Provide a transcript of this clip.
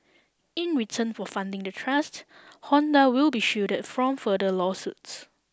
in return for funding the trust Honda will be shielded from further lawsuits